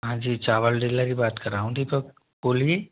हाँ जी चावला डीलर ही बात कर रहा हूँ दीपक बोलिए